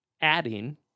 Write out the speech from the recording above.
adding